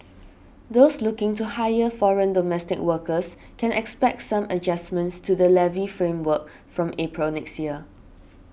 those looking to hire foreign domestic workers can expect some adjustments to the levy framework from April next year